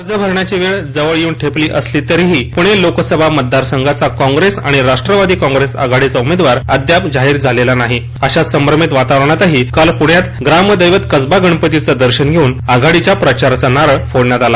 अर्ज भरण्याची जवळ येऊन ठेपली तरी पूणे लोकसभा मतदार संघाचा कॉंग्रेस आणि राष्ट्रवादी कॉप्रेस आघाडीचा उमदेवार अद्याप जाहीर झालेला नाही अशा संभ्रमीत वातावरणातहि काल पुण्यात ग्रामदक्ति कसबा गणपतीचे दर्शन धेऊन आघाडीच्या प्रचाराचा नारळ फोडण्यात आला